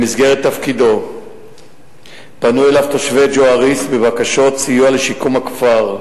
במסגרת תפקידו פנו אליו תושבי ג'ואריש בבקשות סיוע לשיקום הכפר,